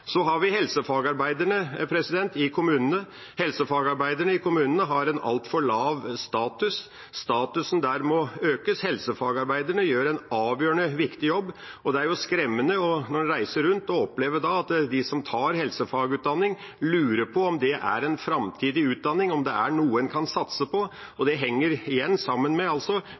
Så har vi helsefagarbeiderne i kommunene. Helsefagarbeiderne i kommunene har en altfor lav status – statusen der må økes. Helsefagarbeiderne gjør en avgjørende viktig jobb. Det er skremmende når en reiser rundt, å oppleve at de som tar helsefagutdanning, lurer på om det er en framtidig utdanning, om det er noe en kan satse på. Det henger igjen sammen med